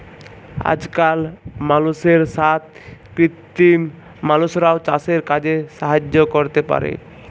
আজকাল মালুষের সাথ কৃত্রিম মালুষরাও চাসের কাজে সাহায্য ক্যরতে পারে